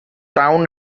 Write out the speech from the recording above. town